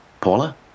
Paula